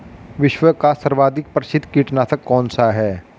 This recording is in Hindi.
विश्व का सर्वाधिक प्रसिद्ध कीटनाशक कौन सा है?